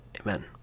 Amen